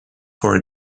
for